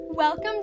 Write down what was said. Welcome